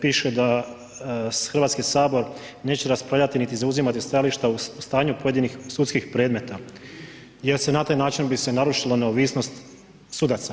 Piše da „Hrvatski sabor neće raspravljati niti zauzimati stajališta u stanju pojedinih sudskih predmeta jer bi se na taj način narušila neovisnost sudaca“